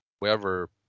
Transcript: whoever